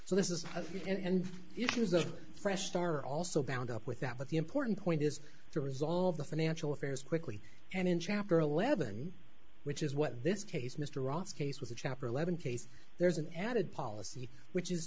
so this is a good and it is a fresh start are also bound up with that but the important point is to resolve the financial affairs quickly and in chapter eleven which is what this case mr ross case was a chapter eleven case there's an added policy which is